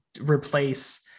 replace